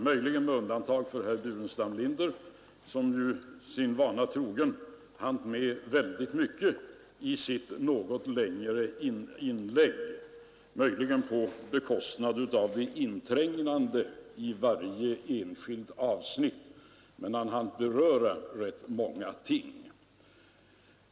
Ett undantag utgör möjligen herr Burenstam Linder, som sin vana trogen hann med väldigt mycket i sitt något längre inlägg, kanske på bekostnad av ett inträngande i varje enskilt avsnitt. Men han hann beröra många ting.